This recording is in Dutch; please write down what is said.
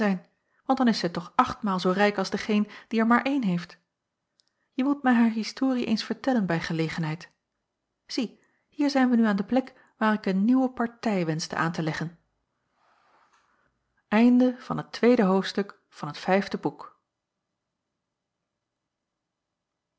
want dan is zij toch achtmaal zoo rijk als degeen die er maar een heeft je moet mij haar historie eens vertellen bij gelegenheid zie hier zijn wij nu aan de plek waar ik een nieuwe partij wenschte aan te leggen jacob van